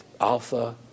Alpha